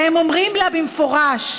והם אומרים לה במפורש,